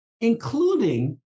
including